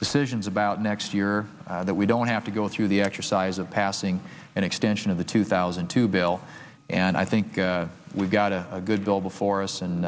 decisions about next year that we don't have to go through the exercise of passing an extension of the two thousand and two bill and i think we've got a good bill before us and